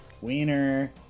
Wiener